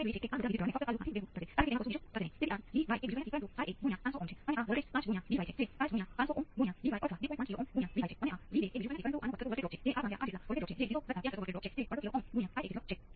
તેથી જ્યારે તમે વિકલન સમીકરણો માટે હલ કરો ત્યારે પ્રારંભિક સ્થિતિ આપવી જોઈએ અને પ્રારંભિક સ્થિતિના આધારે તમે આ સુસંગત ઉકેલ શોધી શકો છો